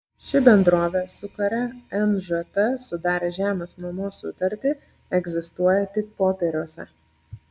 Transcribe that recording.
ši bendrovė su kuria nžt sudarė žemės nuomos sutartį egzistuoja tik popieriuose